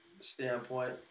standpoint